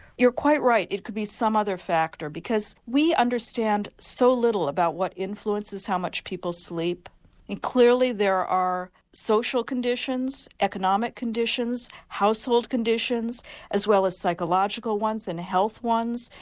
you're quite right, it could be some other factor because we understand so little about what influences how much people sleep and clearly there are social conditions, economic conditions, household conditions as well as psychological ones and health ones.